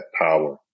power